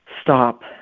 stop